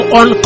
on